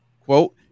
Quote